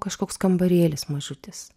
kažkoks kambarėlis mažutis